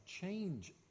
change